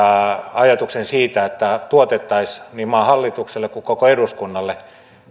ajatuksen siitä että tuotettaisiin niin maan hallitukselle kuin koko eduskunnalle